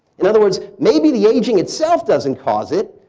in other words, maybe the aging itself doesn't cause it,